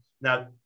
now